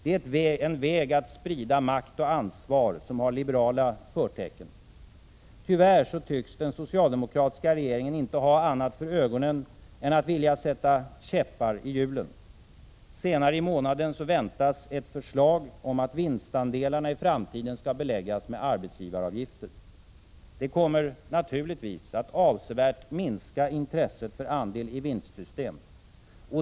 Det är en väg att sprida makt och ansvar som har liberala förtecken. Tyvärr tycks den socialdemokratiska regeringen inte ha annat för ögonen än att sätta käppar i hjulen. Senare i månaden väntas ett förslag om att vinstandelarna i framtiden skall beläggas med arbetsgivaravgifter. Det kommer naturligtvis att avsevärt minska intresset för andel-i-vinst-system.